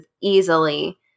easily